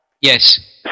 Yes